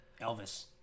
Elvis